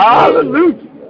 Hallelujah